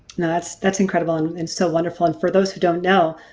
no that's that's incredible and and so wonderful and for those who don't know,